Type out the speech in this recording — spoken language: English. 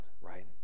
right